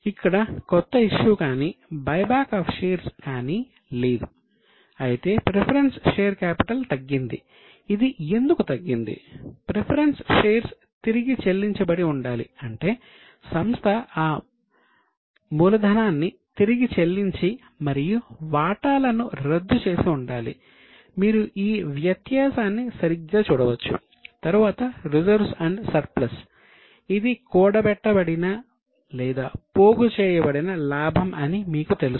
ఇక్కడ కొత్త ఇష్యూ ఇది కూడబెట్టబడిన పోగు చేయబడిన లాభం అని మీకు తెలుసు